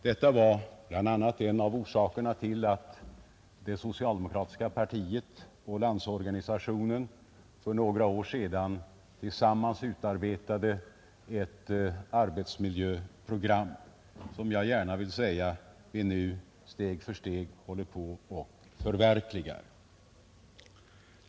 Detta var en av orsakerna till att det socialdemokratiska partiet och Landsorganisationen för några år sedan tillsammans utarbetade ett arbetsmiljöprogram, som nu steg för steg håller på att förverkligas.